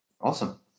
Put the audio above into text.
Awesome